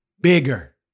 Bigger